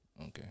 Okay